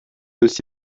aussi